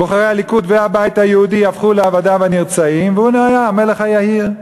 בוחרי הליכוד והבית היהודי הפכו לעבדיו הנרצעים והוא נהיה המלך היהיר.